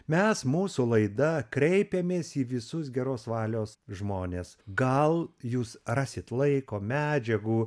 mes mūsų laida kreipiamės į visus geros valios žmones gal jūs rasit laiko medžiagų